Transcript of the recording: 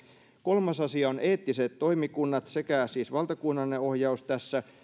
kolmas asia on eettiset toimikunnat sekä siis valtakunnallinen ohjaus tässä